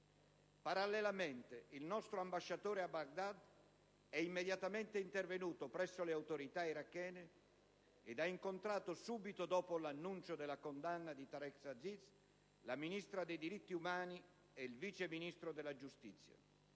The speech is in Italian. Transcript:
Parallelamente, il nostro ambasciatore a Baghdad è immediatamente intervenuto presso le autorità irachene e ha incontrato, subito dopo l'annuncio della condanna di Tareq Aziz, il Ministro dei diritti umani e il Vice Ministro della giustizia.